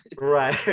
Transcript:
Right